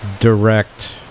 direct